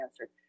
answer